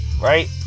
right